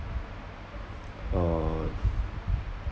uh